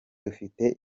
dufite